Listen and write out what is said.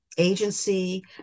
Agency